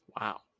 wow